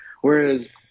Whereas